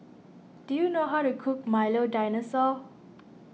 do you know how to cook Milo Dinosaur